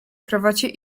krawacie